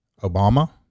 Obama